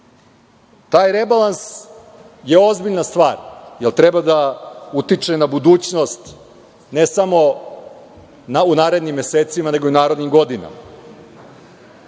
Taj rebalans je ozbiljna stvar, jer treba da utiče na budućnost ne samo u narednim mesecima, nego i u narednim godinama. Ministar